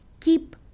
Keep